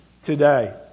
today